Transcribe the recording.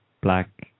black